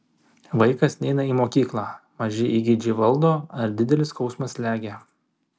vaikas neina į mokyklą maži įgeidžiai valdo ar didelis skausmas slegia